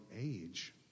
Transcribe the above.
age